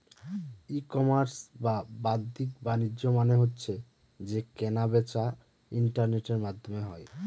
ই commerce বা বাদ্দিক বাণিজ্য মানে হচ্ছে যে কেনা বেচা ইন্টারনেটের মাধ্যমে হয়